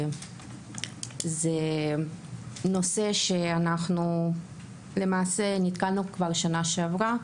זה נושא שלמעשה נתקלנו בו כבר בשנה שעברה.